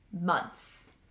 months